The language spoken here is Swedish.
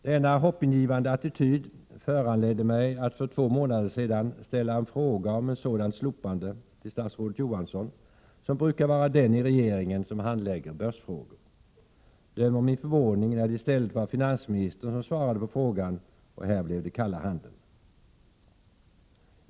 Denna hoppingivande attityd föranledde mig att för två månader sedan ställa en fråga om ett sådant slopande till statsrådet Johansson, som brukar vara den i regeringen som handlägger börsfrågor. Döm om min förvåning när det i stället var finansministern som svarade på frågan, och här blev det kalla handen.